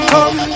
Come